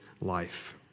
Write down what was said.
life